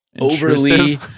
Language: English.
overly